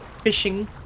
fishing